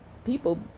people